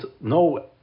no